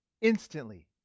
instantly